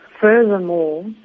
Furthermore